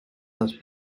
has